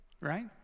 Right